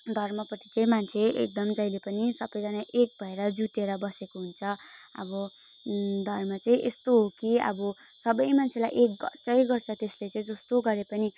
धर्मपट्टि चाहिँ मान्छे एकदम जहिले पनि सबैजाना एक भएर जुटेर बसेको हुन्छ अब धर्म चाहिँ यस्तो हो कि अब सबै मान्छेलाई एक गर्छै गर्छ त्यसले चाहिँ जस्तो गरे पनि